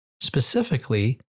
specifically